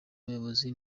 muyobozi